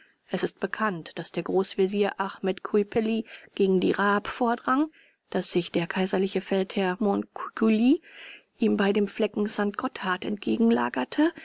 es ist bekannt daß der großvezier achmet kiuperli gegen die raab vordrang daß sich der kaiserliche feldherr montecuculi ihm bei dem flecken st gotthard